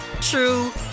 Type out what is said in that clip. true